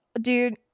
Dude